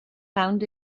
found